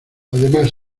además